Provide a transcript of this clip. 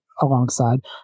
alongside